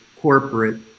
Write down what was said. corporate